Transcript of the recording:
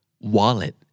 Wallet